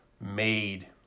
made